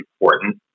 important